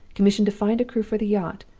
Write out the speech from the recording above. commissioned to find a crew for the yacht,